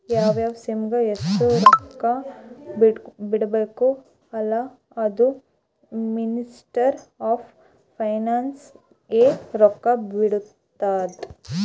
ಯಾವ್ ಯಾವ್ ಸ್ಕೀಮ್ಗ ಎಸ್ಟ್ ರೊಕ್ಕಾ ಬಿಡ್ಬೇಕ ಅಲ್ಲಾ ಅದೂ ಮಿನಿಸ್ಟ್ರಿ ಆಫ್ ಫೈನಾನ್ಸ್ ಎ ರೊಕ್ಕಾ ಬಿಡ್ತುದ್